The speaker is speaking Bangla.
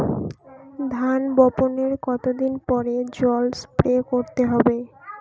ধান বপনের কতদিন পরে জল স্প্রে করতে হবে?